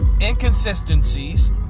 inconsistencies